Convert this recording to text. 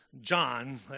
John